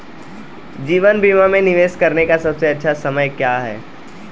जीवन बीमा में निवेश करने का सबसे अच्छा समय क्या है?